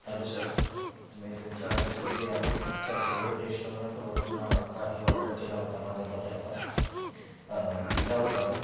hello sir मी तुमच्या स्विगी ॲपच्या थ्रू रेस्टॉरंटवरून काही ऑर्डर केला होता माझ्या पदार्थ पिझ्झा होता तो